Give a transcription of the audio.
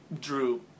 Drew